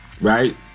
Right